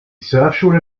surfschule